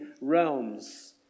realms